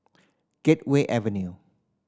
Gateway Avenue